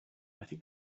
think